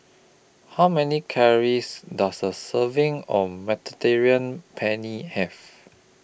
How Many Calories Does A Serving of Mediterranean Penne Have